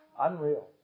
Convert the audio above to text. Unreal